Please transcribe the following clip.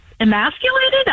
emasculated